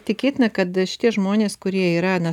tikėtina kad šitie žmonės kurie yra na